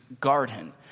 garden